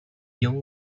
young